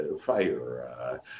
fire